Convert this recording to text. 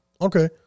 Okay